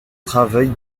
travail